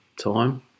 time